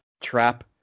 trap